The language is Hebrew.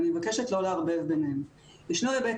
ואני מבקשת לא לערבב ביניהם: יש היבט